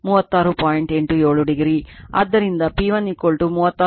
ಆದ್ದರಿಂದ P1 VL √ cos 30 o ಮತ್ತು ಇದು 36